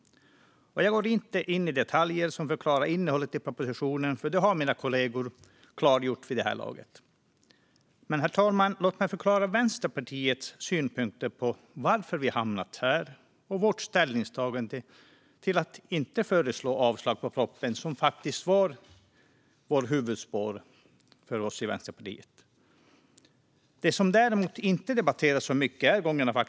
Jag går inte in på detaljer som förklarar innehållet i propositionen, för det har mina kollegor klargjort vid det här laget. Men, herr talman, låt mig förklara Vänsterpartiets synpunkter på varför vi hamnat här och vårt ställningstagande att inte föreslå avslag på propositionen, vilket faktiskt var huvudspåret för oss. Det som däremot inte debatterats så mycket är gången.